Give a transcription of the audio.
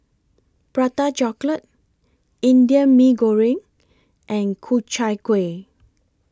Prata Chocolate Indian Mee Goreng and Ku Chai Kuih